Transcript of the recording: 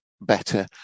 better